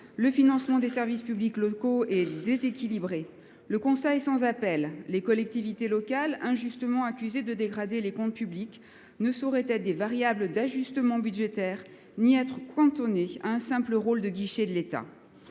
Le financement des services publics locaux est déséquilibré. Le Conseil est sans appel. Les collectivités locales, injustement accusées de dégrader les comptes publics, ne sauraient être des variables d'ajustement budgétaire, ni être quantonnées à un simple rôle de guichet de l'Etat.